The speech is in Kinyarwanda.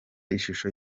ishusho